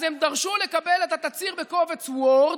אז הם דרשו לקבל את התצהיר בקובץ וורד,